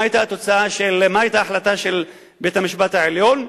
מה היתה ההחלטה של בית-המשפט העליון?